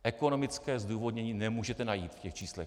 Ekonomické zdůvodnění nemůžete najít v těch číslech.